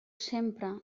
sempre